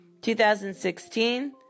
2016